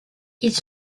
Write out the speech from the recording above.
ils